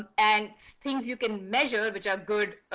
ah and so things you can measure which are good,